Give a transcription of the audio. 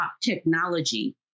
technology